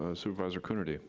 ah supervisor coonerty.